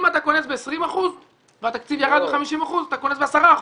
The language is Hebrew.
אם אתה קונס ב-20% והתקציב ירד ב-50% אתה קונס ב-10%.